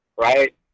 Right